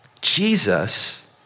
Jesus